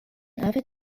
avid